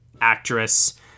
actress